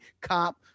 cop